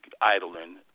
idling